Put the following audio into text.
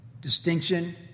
Distinction